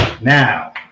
Now